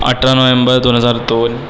अठरा नोव्हेंबर दोन हजार दोन